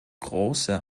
große